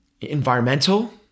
environmental